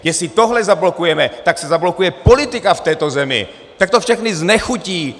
Jestli tohle zablokujeme, tak se zablokuje politika v této zemi, tak to všechny znechutí!